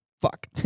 fuck